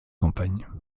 campagnes